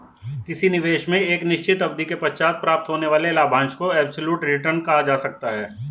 किसी निवेश में एक निश्चित अवधि के पश्चात प्राप्त होने वाले लाभांश को एब्सलूट रिटर्न कहा जा सकता है